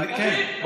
תביא, תביא אותם.